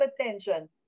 attention